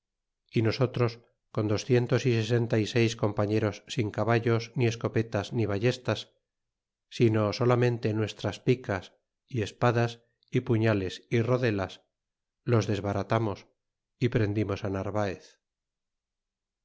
y nosotros con docientos y sesenta y seis compañeros sin caballos ni escopetas ni ballestas sino solamente nuestras picas y espadas y puñales y rodelas los desbaratamos y prendimos narvaez